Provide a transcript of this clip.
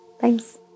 Thanks